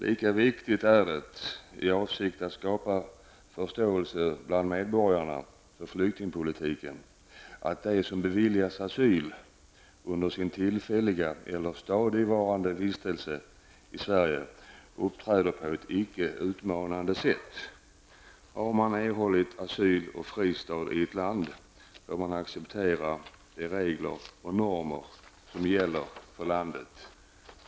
Lika viktigt är det, i avsikt att skapa förståelse bland medborgarna för flyktingpolitiken, att de som beviljats asyl under sin tillfälliga eller stadigvarande vistelse i Sverige uppträder på ett icke utmanande sätt. Har man erhållit skydd och fristad i ett land får man acceptera de regler och normer som gäller för landet.''